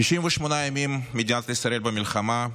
68 ימים מדינת ישראל במלחמה,